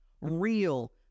Real